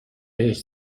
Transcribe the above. بهش